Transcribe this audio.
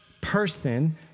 person